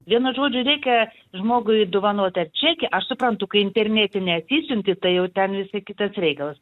vienu žodžiu reikia žmogui dovanoti ar čekį aš suprantu kai internetinė atsisiunti tai jau ten visai kitas reikalas